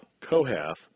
Kohath